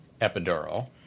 epidural